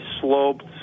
sloped